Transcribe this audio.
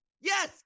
yes